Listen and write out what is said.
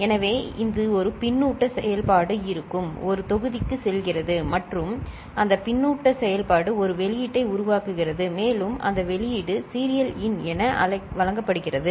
எனவே இது ஒரு பின்னூட்ட செயல்பாடு இருக்கும் ஒரு தொகுதிக்குச் செல்கிறது மற்றும் அந்த பின்னூட்ட செயல்பாடு ஒரு வெளியீட்டை உருவாக்குகிறது மேலும் அந்த வெளியீடு சீரியல் இன் என வழங்கப்படுகிறது